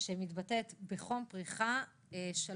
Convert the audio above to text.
שמתבטאת בחום, פריחה של